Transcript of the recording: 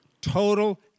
Total